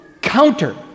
counter